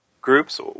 groups